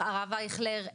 הרב אייכלר,